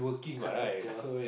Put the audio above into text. yeah